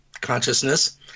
consciousness